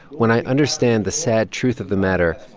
when i understand the sad truth of the matter,